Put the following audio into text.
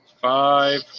Five